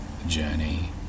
Journey